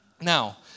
Now